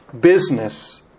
business